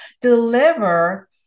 deliver